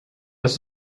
das